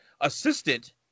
assistant